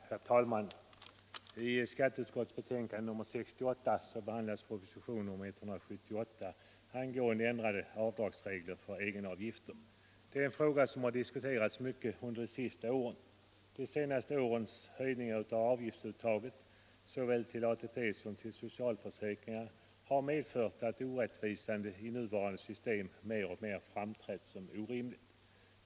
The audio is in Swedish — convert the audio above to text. Herr talman! I skatteutskottets betänkande nr 68 behandlas propositionen 178 angående ändrade avdragsregler för egenavgifter. Detta är en fråga som diskuterats mycket under senare tid. De senaste årens höjningar av avgiftsuttaget såväl till ATP som till socialförsäkringar har medfört att orättvisan i nuvarande system mer och mer framstått som orimlig.